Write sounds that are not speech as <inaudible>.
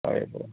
<unintelligible>